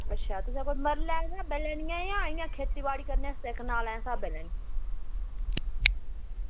तुसें इंया मरलें स्हाबें लैनी ऐ जां खेती बाड़ी करने दे स्हाबें कनालें च लैनी ऐ